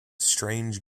strange